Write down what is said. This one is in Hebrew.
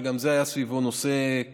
שגם זה היה נושא מורכב,